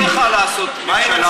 אמרתי לך לעשות ממשלה איתנו אבל לא רצית.